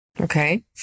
Okay